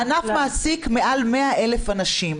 הענף מעסיק מעל 100,000 אנשים.